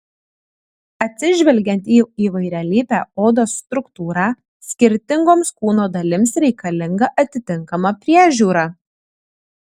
atsižvelgiant į įvairialypę odos struktūrą skirtingoms kūno dalims reikalinga atitinkama priežiūra